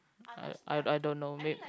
I I I don't know mayb~